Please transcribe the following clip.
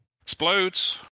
Explodes